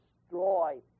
destroy